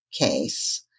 case